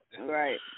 Right